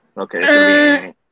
Okay